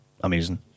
amazing